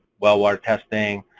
well water testing.